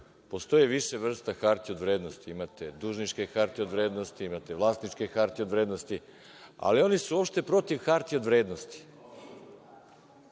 Postoji više vrsta hartija od vrednosti, imate dužničke hartije od vrednosti, imate vlasničke hartije od vrednosti, ali oni su uopšte protiv hartija od vrednosti.